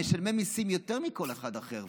משלמי מיסים יותר מכל אחד אחר,